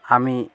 আমি